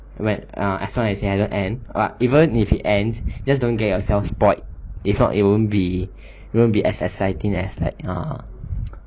when I felt like it's never end but even if it ends just don't get yourself spoilt if not you won't be you won't be as exciting as uh